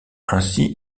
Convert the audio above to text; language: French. ainsi